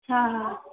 हाँ हाँ